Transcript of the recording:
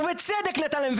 ובצדק נתן להם,